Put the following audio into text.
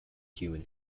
human